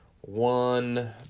One